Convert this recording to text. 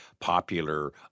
popular